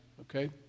okay